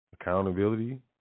Accountability